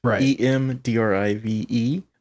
E-M-D-R-I-V-E